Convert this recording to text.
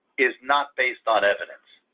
is not based on evidence.